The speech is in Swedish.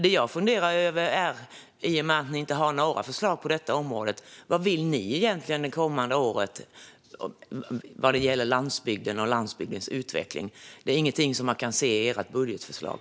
Det jag funderar över, i och med att ni inte har några förslag på detta område, är vad ni egentligen vill det kommande året när det gäller landsbygden och dess utveckling. Det är inget man kan se i ert budgetförslag.